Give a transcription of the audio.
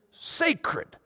sacred